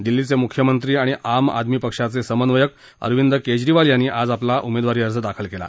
दिल्लीचे मुख्यमंत्री आणि आम आदमी पक्षाचे समन्वयक अरविंद केजरीवाल यांनी आज आपला उमेदवारी अर्ज दाखल केला